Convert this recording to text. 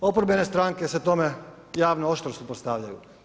Oporbene stranke se tome, javno, oštro suprotstavljaju.